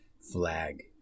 flag